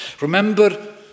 Remember